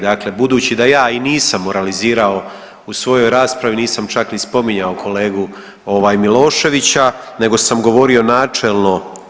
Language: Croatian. Dakle, budući da ja i nisam moralizirao u svojoj raspravi, nisam čak ni spominjao kolegu Miloševića nego sam govorio načelno.